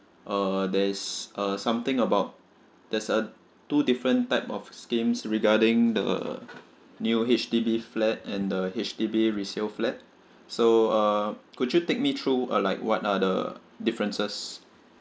uh there is uh something about there's a two different type of schemes regarding the new H_D_B flat and the H_D_B resale flat so uh could you take me through uh like what are the differences